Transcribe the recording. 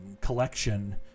collection